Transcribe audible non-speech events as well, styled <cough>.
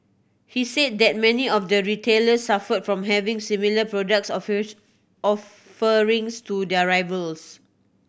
he said that many of the retailers suffered from having similar product <unintelligible> offerings to their rivals